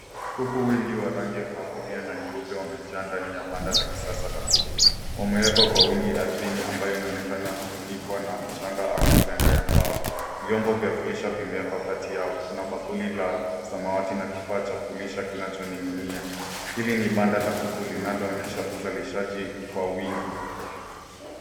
Kuku wengi wa rangi ya kahawia na nyeupe wamejaa ndani ya banda la kisasa la kuku. Wamewekwa kwa wingi ardhini ambayo inaonekana kufunikwa na mchanga au maganda ya mbao. Vyombo vya kulisha vimewekwa kati yao. Kuna bakuli la samawati na kifaa cha kulisha kinachoning'inia. Hili ni banda la kuku linaloonyesha uzalishaji kwa wingi.